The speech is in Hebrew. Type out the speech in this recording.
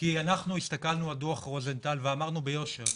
הסתכלנו על דוח רוזנטל ואמרנו ביושר: